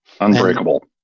unbreakable